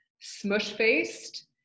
smush-faced